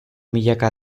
milaka